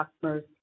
customers